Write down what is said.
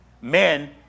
men